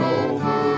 over